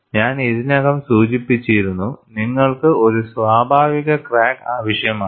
ഞാൻ ഇതിനകം സൂചിപ്പിച്ചിരുന്നു നിങ്ങൾക്ക് ഒരു സ്വാഭാവിക ക്രാക്ക് ആവശ്യമാണ്